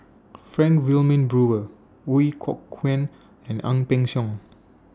Frank Wilmin Brewer Ooi Kok Chuen and Ang Peng Siong